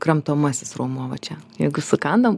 kramtomasis raumuo va čia jeigu sukandam